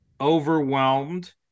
overwhelmed